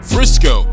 Frisco